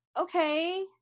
okay